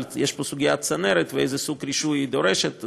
אבל יש פה סוגיית צנרת ואיזה סוג רישוי היא דורשת.